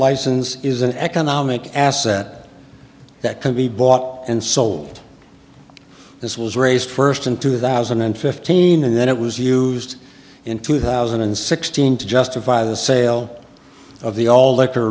license is an economic asset that can be bought and sold this was raised first in two thousand and fifteen and then it was used in two thousand and sixteen to justify the sale of the old liquor